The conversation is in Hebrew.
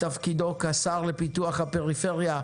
בתפקידו כשר לפיתוח הפריפריה,